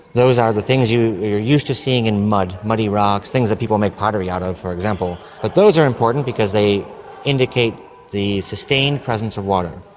those are the things you're used to seeing in mud, muddy rocks, things that people make pottery out of, for example, but those are important because they indicate the sustained presence of water.